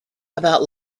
about